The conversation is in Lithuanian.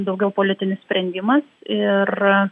daugiau politinis sprendimas ir